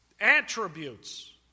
attributes